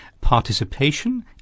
participation